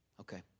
Okay